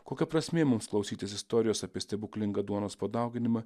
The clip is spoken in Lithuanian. kokia prasmė mums klausytis istorijos apie stebuklingą duonos padauginimą